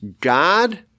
God